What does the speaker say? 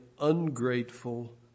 ungrateful